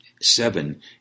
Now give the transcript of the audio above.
seven